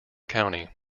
county